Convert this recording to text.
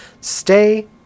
stay